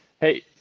Hey